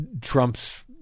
Trump's